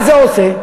מה זה עושה?